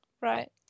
Right